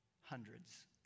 Hundreds